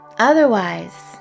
Otherwise